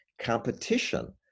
Competition